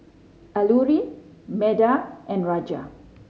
Alluri Medha and Raja